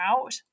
out